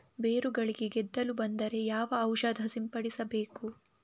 ಬೇರುಗಳಿಗೆ ಗೆದ್ದಲು ಬಂದರೆ ಯಾವ ಔಷಧ ಸಿಂಪಡಿಸಬೇಕು?